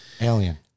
alien